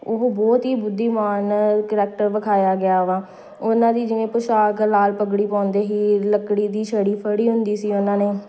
ਉਹ ਬਹੁਤ ਹੀ ਬੁੱਧੀਮਾਨ ਕਰੈਕਟਰ ਵਿਖਾਇਆ ਗਿਆ ਵਾ ਉਹਨਾਂ ਦੀ ਜਿਵੇਂ ਪੁਸ਼ਾਕ ਲਾਲ ਪੱਗੜੀ ਪਾਉਂਦੇ ਹੀ ਲੱਕੜੀ ਦੀ ਛੜੀ ਫੜੀ ਹੁੰਦੀ ਸੀ ਉਹਨਾਂ ਨੇ